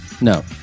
No